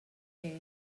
air